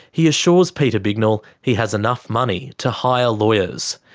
he assures peter bignell he has enough money to hire lawyers.